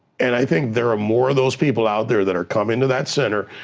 and i think there are more of those people out there that are coming to that center.